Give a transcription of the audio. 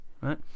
Right